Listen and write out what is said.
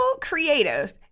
creative